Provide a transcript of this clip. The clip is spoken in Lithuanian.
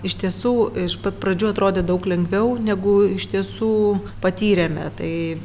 iš tiesų iš pat pradžių atrodė daug lengviau negu iš tiesų patyrėme tai